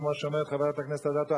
כמו שאומרת חברת הכנסת אדטו,